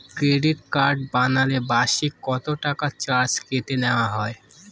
Credit card বানালে বার্ষিক কত টাকা চার্জ কেটে নেওয়া হবে?